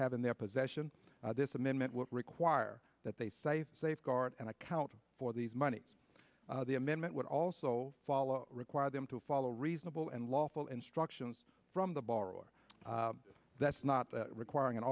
have in their possession this amendment would require that they say safeguard and account for these monies the amendment would also follow require them to follow reasonable and lawful instructions from the borrower that's not requiring an